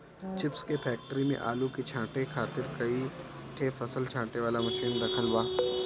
chips के factory में आलू के छांटे खातिर कई ठे फसल छांटे वाला मशीन रखल बा